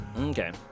Okay